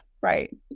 right